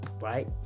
right